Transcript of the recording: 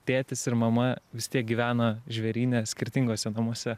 tėtis ir mama vis tiek gyvena žvėryne skirtinguose namuose